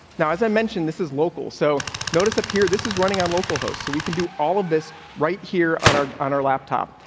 now, as i mentioned, this is local, so notice appear this is running on local host so we can do all of this right here on our on our laptop.